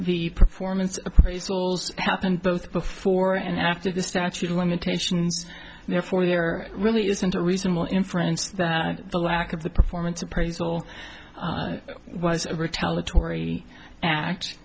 the performance appraisals happened both before and after the statute of limitations and therefore there really isn't a reasonable inference that the lack of the performance appraisal was a retaliatory act